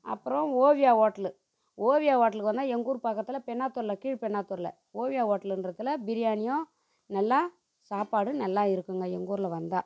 அப்புறம் ஓவியா ஹோட்டலு ஓவிய ஹோட்டலுக்கு வந்தா எங்கள் ஊர் பக்கத்தில் பென்னாத்தூரில் கீழ்பென்னாத்தூரில் ஓவிய ஹோட்டலுன்ற இடத்துல பிரியாணியும் நல்லா சாப்பாடும் நல்லா இருக்குதுங்க எங்கூரில் வந்தால்